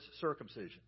circumcision